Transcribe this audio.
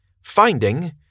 finding